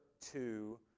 two